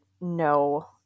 no